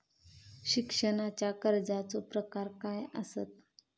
शिक्षणाच्या कर्जाचो प्रकार काय आसत?